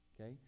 okay